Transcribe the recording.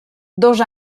dos